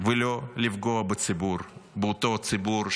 ולא לפגוע בציבור, באותו ציבור שעובד,